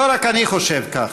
לא רק אני חושב כך.